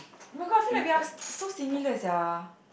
oh-my-god I feel like we are so similar sia